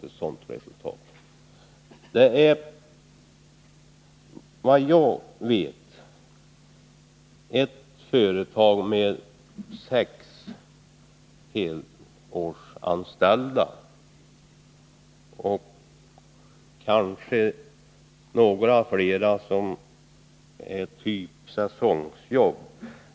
Enligt vad jag vet är det fråga om ett företag med sex helårsanställda och kanske ytterligare några anställda med någon typ av säsongjobb.